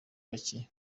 bacye